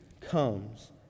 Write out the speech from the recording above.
comes